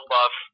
Buff